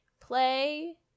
play